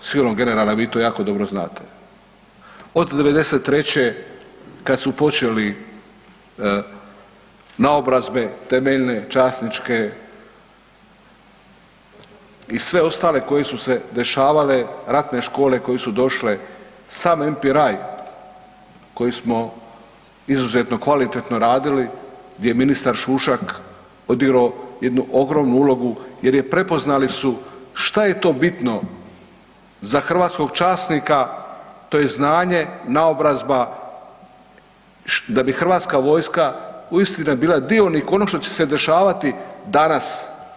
Sigurno generalne vi to jako dobro znate, od '93.kad su počeli naobrazbe temeljne, časničke i sve ostale koje su se dešavale ratne škole koje su došle sam … koji smo izuzetno kvalitetno radili gdje je ministar Šušak odigrao jednu ogromnu ulogu jer prepoznali su šta je to bitno za hrvatskog časnika, to je znanje, naobrazba da bi hrvatska vojska uistinu bila dionik onog što će se dešavati danas.